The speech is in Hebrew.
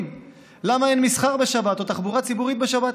למה אין מסחר בשבת או תחבורה ציבורית בשבת.